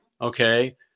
okay